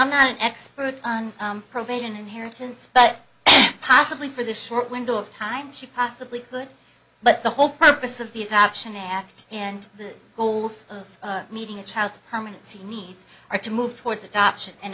i'm not an expert on probation inheritance but possibly for the short window of time she possibly could but the whole purpose of the adoption asked and the goals of meeting a child's permanency needs are to move towards adoption and